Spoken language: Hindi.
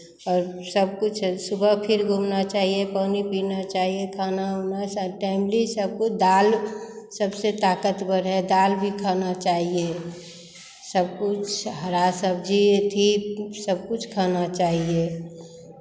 और सब कुछ है सुबह फिर घूमना चाहिए पानी पीना चाहिए खाना ओना सब टाइमली सब कुछ दाल सबसे ताकतवर है दाल भी खाना चाहिए सब कुछ हरा सब्ज़ी अथि सब कुछ खाना चाहिए